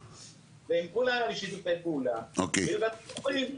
ועם כולם יש לי שיתופי פעולה והם היו פתוחים.